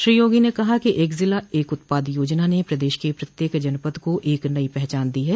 श्री योगी ने कहा कि एक जिला एक उत्पाद योजना ने प्रदेश के प्रत्येक जनपद को एक नई पहचान दी हैं